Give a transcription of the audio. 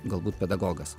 galbūt pedagogas